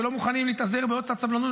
ולא מוכנים להתאזר בעוד קצת סבלנות,